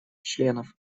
членов